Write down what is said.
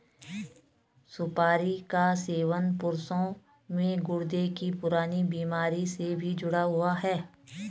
सुपारी का सेवन पुरुषों में गुर्दे की पुरानी बीमारी से भी जुड़ा हुआ है